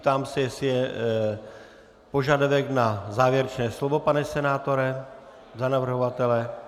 Ptám se, jestli je požadavek na závěrečné slovo, pane senátore, za navrhovatele.